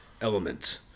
element